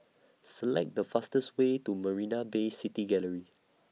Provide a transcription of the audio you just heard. Select The fastest Way to Marina Bay City Gallery